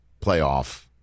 playoff